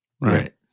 Right